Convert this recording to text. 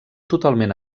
totalment